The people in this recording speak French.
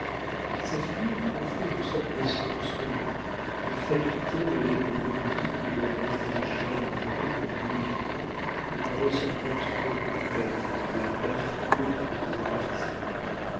sa figure offrait une sorte d'assurance comique de fatuité mêlée de bonhomie qui le rendait original à voir en lui évitant une ressemblance trop complète avec la plate figure du bourgeois parisien